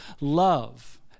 love